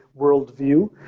worldview